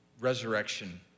resurrection